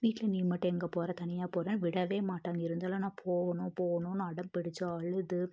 வீட்டில் நீ மட்டும் எங்கே போகிற தனியாக போகிறேன்னு விடவே மாட்டாங்க இருந்தாலும் நான் போகணும் போகணும்னு அடம் பிடித்து அழுது